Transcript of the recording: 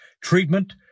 treatment